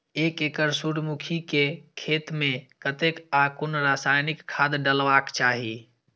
एक एकड़ सूर्यमुखी केय खेत मेय कतेक आ कुन रासायनिक खाद डलबाक चाहि?